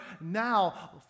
now